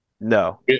No